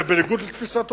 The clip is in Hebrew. זה בניגוד לתפיסת עולמי,